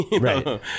Right